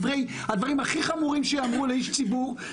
הדברים הכי חמורים שיאמרו לאיש ציבור,